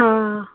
हा